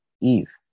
Eve